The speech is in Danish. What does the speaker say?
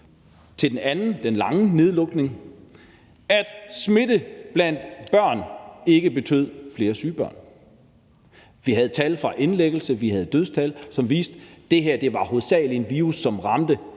ved den anden og lange nedlukning, at smitte blandt børn ikke betød flere syge børn. Vi havde tal fra indlæggelser, og vi havde dødstal, som viste, at det her hovedsagelig var en virus, som ramte gamle